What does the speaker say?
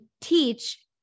teach